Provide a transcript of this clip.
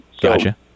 Gotcha